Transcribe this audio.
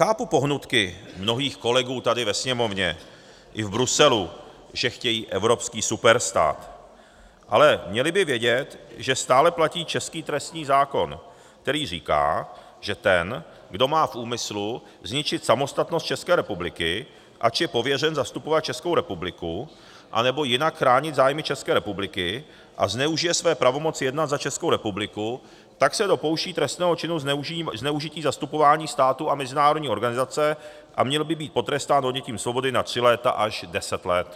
Chápu pohnutky mnohých kolegů tady ve Sněmovně i v Bruselu, že chtějí evropský superstát, ale měli by vědět, že stále platí český trestní zákon, který říká, že ten, kdo má v úmyslu zničit samostatnost České republiky, ač je pověřen zastupovat Českou republiku anebo jinak chránit zájmy České republiky, a zneužije své pravomoci jednat za Českou republiku, se dopouští trestného činu zneužití zastupování státu a mezinárodní organizace a měl by být potrestán odnětím svobody na tři léta až deset let.